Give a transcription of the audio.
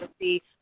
see